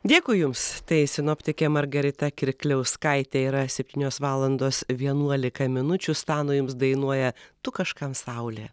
dėkui jums tai sinoptikė margarita kirkliauskaitė yra septynios valandos vienuolika minučių stano jums dainuoja tu kažkam saulė